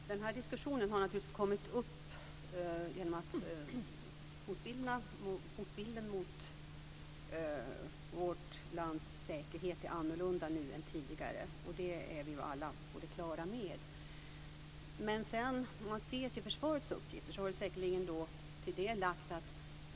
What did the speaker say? Fru talman! Den här diskussionen har naturligtvis kommit upp genom att hotbilden när det gäller vårt lands säkerhet är annorlunda nu än tidigare. Det är vi ju alla på det klara med. Men om man ser till försvarets uppgifter har det säkerligen till detta lagts att